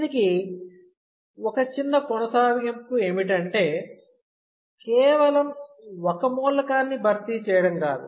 దీనికి ఒక చిన్న కొనసాగింపు ఏమిటంటే కేవలం ఒక మూలకాన్ని భర్తీ చేయడం కాదు